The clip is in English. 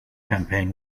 campaign